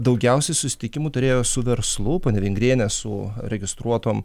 daugiausiai susitikimų turėjo su verslu ponia vingrienė su registruotom